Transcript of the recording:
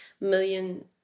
million